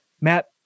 Matt